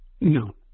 No